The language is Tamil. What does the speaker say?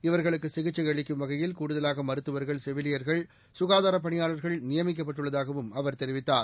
இவர்களுக்கு சிகிச்சை அளிக்கும் வகையில் கூடுதலாக மருத்துவர்கள் செவிலியர்கள் சுகாதாரப் பணியாளர்கள் நியமிக்கப்பட்டுள்ளதாகவும் அவர் தெரிவித்தார்